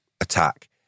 attack